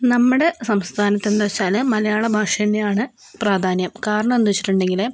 നമ്മുടെ സംസ്ഥാനത്തെന്ന് വെച്ചാല് മലയാള ഭാഷ തന്നെയാണ് പ്രാധാന്യം കാരണമെന്ന് വെച്ചിട്ടുണ്ടെങ്കില്